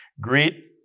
greet